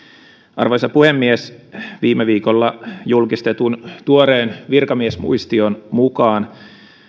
arvoisa puhemies viime viikolla julkistetun tuoreen virkamiesmuistion mukaan